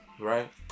Right